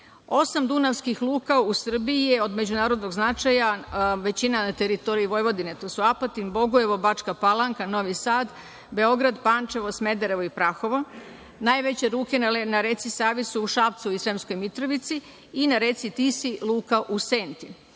Osam dunavskih luka u Srbiji je od međunarodnog značaja, većina na teritoriji Vojvodine. To su Apatin, Bogojevo, Bačka Palanka, Novi Sad, Beograd, Pančevo, Smederevo i Prahovo. Najveće luke na reci Savi su u Šapcu i Sremskoj Mitrovici i na reci Tisi luka u Senti.